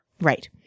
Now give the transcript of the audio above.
Right